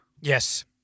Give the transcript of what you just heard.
Yes